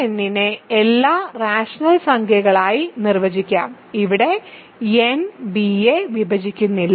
Rn നെ എല്ലാ rational സംഖ്യകളായി നിർവചിക്കാം ഇവിടെ n b യെ വിഭജിക്കുന്നില്ല